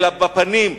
אלא בפנים,